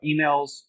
emails